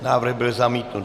Návrh byl zamítnut.